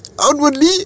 Outwardly